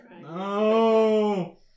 No